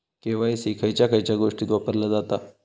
KYC खयच्या खयच्या गोष्टीत वापरला जाता?